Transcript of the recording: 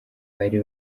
bari